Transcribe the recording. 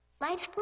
Lights